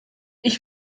ich